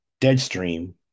Deadstream